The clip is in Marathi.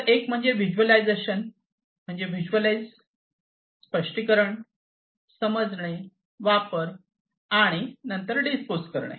तर एक म्हणजे व्हिज्युअलायझेशन म्हणजे व्हिज्युअलायझ स्पष्टीकरण समजणे वापर आणि नंतर डिस्पोज करणे